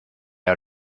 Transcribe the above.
out